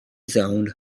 zoned